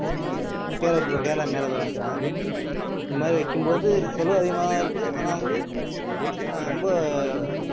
கேரளா மேள தாளம் வைக்கிறாங்க இந்த மாதிரி வைக்கும்போது செலவு அதிகமாக தான் இருக்குது ஆனால் வந்து ரொம்ப